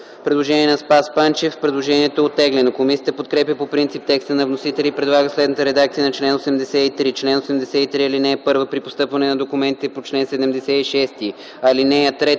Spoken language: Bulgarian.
Предложение на Спас Панчев. Предложението е оттеглено. Комисията подкрепя по принцип текста на вносителя и предлага следната редакция на чл. 83: „Чл. 83. (1) При постъпване на документите по чл. 76, ал. 3-7, чл.